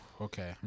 Okay